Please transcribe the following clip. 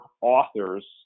authors